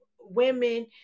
women